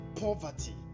poverty